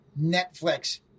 Netflix